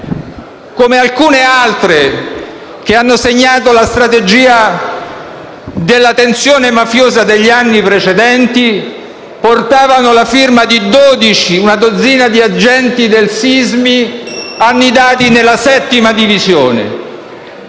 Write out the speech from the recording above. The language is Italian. come alcune altre che hanno segnato la strategia della tensione mafiosa degli anni precedenti, portavano la firma di una dozzina di agenti del Sismi annidati nella settima divisione.